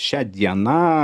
šia diena